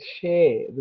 share